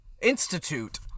institute